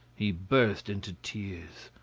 he burst into tears.